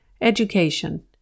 Education